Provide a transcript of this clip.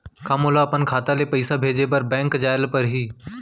का मोला अपन खाता ले पइसा भेजे बर बैंक जाय ल परही?